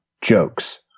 jokes